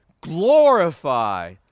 glorify